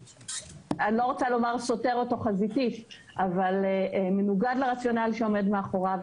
אני לא רוצה לומר סותר אותו אבל מנוגד לרציונל שעומד מאחוריו.